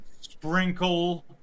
Sprinkle